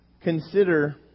consider